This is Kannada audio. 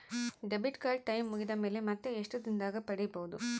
ಡೆಬಿಟ್ ಕಾರ್ಡ್ ಟೈಂ ಮುಗಿದ ಮೇಲೆ ಮತ್ತೆ ಎಷ್ಟು ದಿನದಾಗ ಪಡೇಬೋದು?